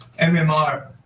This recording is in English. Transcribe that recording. MMR